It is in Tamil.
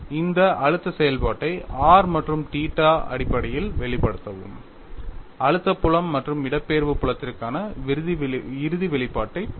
இந்த அழுத்த செயல்பாட்டை r மற்றும் தீட்டா அடிப்படையில் வெளிப்படுத்தவும் அழுத்த புலம் மற்றும் இடப்பெயர்ச்சி புலத்திற்கான இறுதி வெளிப்பாட்டைப் பெறுங்கள்